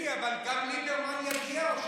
אלי, גם ליברמן יגיע או שרק,